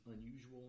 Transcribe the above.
unusual